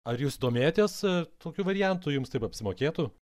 ar jūs domėjotės tokiu variantu jums taip apsimokėtų